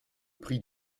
prix